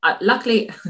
luckily